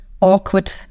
awkward